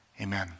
amen